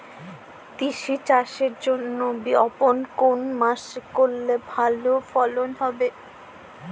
তিসি চাষের বীজ বপন কোন মাসে করলে ভালো ফলন হবে?